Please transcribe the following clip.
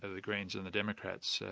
ah the greens and the democrats,